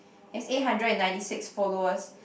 has eight hundred and ninety six followers